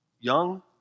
young